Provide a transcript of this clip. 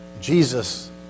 Jesus